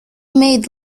made